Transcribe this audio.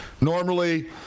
Normally